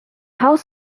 haus